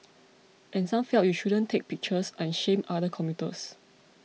and some felt you shouldn't take pictures and shame other commuters